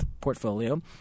portfolio